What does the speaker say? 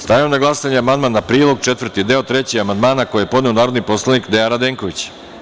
Stavljam na glasanje amandman na Prilog 4. Deo 3. koji je podneo narodni poslanik Dejan Radenković.